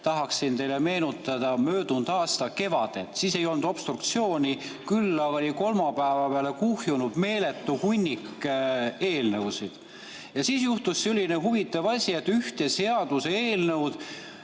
tahaksin teile meenutada möödunud aasta kevadet. Siis ei olnud obstruktsiooni, küll aga oli ühe kolmapäeva peale kuhjunud meeletu hunnik eelnõusid. Siis juhtus selline huvitav asi, et arutasime ühte seaduseelnõu